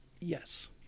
Yes